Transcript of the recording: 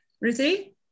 Ruthie